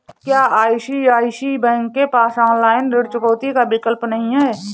क्या ICICI bank के पास ऑनलाइन ऋण चुकौती का विकल्प नहीं है?